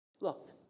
Look